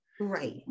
right